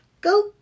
go